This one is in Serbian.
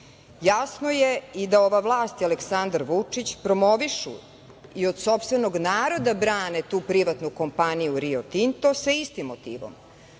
Jasno je i da ova vlast i Aleksandar Vučić promovišu i od sopstvenog naroda brane tu privatnu kompaniju "Rio Tinto", sa istim motivom